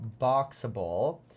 Boxable